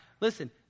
listen